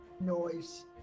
Noise